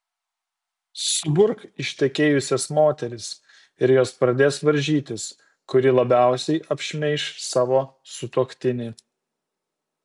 suburk ištekėjusias moteris ir jos pradės varžytis kuri labiausiai apšmeiš savo sutuoktinį